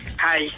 Hi